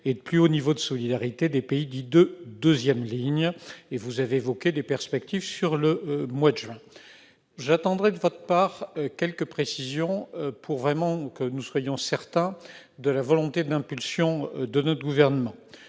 et d'un plus haut niveau de solidarité des pays dits « de deuxième ligne ». Vous avez dessiné des perspectives pour le mois de juin prochain. J'attends de votre part quelques précisions, pour que nous soyons certains de la volonté d'impulsion de notre gouvernement.